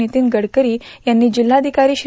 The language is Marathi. नितीन गडकरी यांनी जिल्हषिकारी श्री